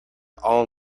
all